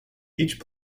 each